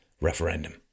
referendum